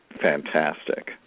fantastic